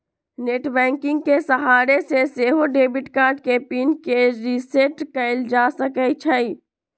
net banking के सहारे से सेहो डेबिट कार्ड के पिन के रिसेट कएल जा सकै छइ